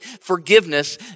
Forgiveness